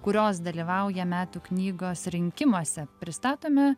kurios dalyvauja metų knygos rinkimuose pristatome